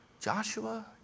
Joshua